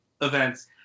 events